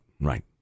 right